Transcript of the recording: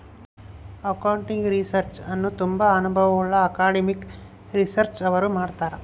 accounting research ಅನ್ನು ತುಂಬಾ ಅನುಭವವುಳ್ಳ ಅಕಾಡೆಮಿಕ್ ರಿಸರ್ಚ್ನವರು ಮಾಡ್ತರ್